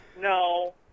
No